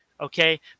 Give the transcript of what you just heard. okay